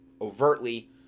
overtly